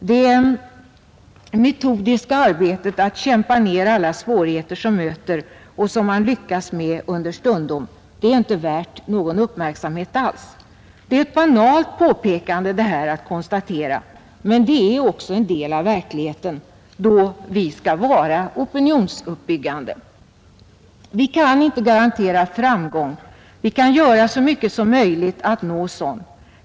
Det metodiska arbetet att kämpa ned alla svårigheter man möter och som man understundom lyckas med är inte värt någon uppmärksamhet alls. Det är ett banalt konstaterande, men det är också en del av verkligheten då vi skall vara opinionsuppbyggande. Vi kan inte garantera framgång. Vi kan göra så mycket som möjligt för att nå en sådan.